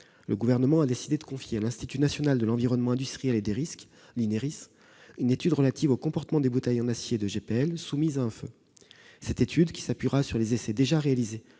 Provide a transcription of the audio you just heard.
le Gouvernement a décidé de confier à l'Institut national de l'environnement industriel et des risques, l'INERIS, une étude relative aux comportements des bouteilles en acier de GPL soumises au feu. Cette étude, qui s'appuiera sur les essais déjà réalisés,